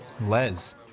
Les